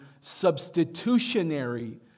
substitutionary